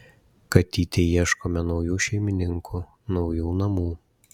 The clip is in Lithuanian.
katytei ieškome naujų šeimininkų naujų namų